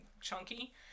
chunky